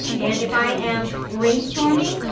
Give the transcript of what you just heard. and if i am brainstorming,